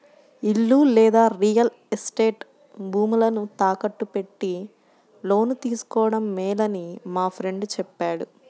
ఇల్లు లేదా real estate భూములను తాకట్టు పెట్టి లోను తీసుకోడం మేలని మా ఫ్రెండు చెప్పాడు